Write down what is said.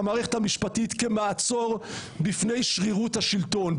את המערכת המשפטית כמעצור בפני שרירות השלטון.